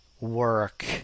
work